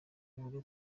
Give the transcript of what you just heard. ivuga